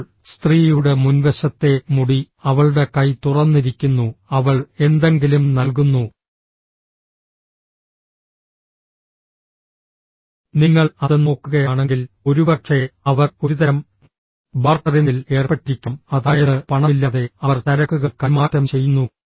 ഇപ്പോൾ സ്ത്രീയുടെ മുൻവശത്തെ മുടി അവളുടെ കൈ തുറന്നിരിക്കുന്നു അവൾ എന്തെങ്കിലും നൽകുന്നു നിങ്ങൾ അത് നോക്കുകയാണെങ്കിൽ ഒരുപക്ഷേ അവർ ഒരുതരം ബാർട്ടറിംഗിൽ ഏർപ്പെട്ടിരിക്കാം അതായത് പണമില്ലാതെ അവർ ചരക്കുകൾ കൈമാറ്റം ചെയ്യുന്നു